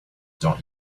don’t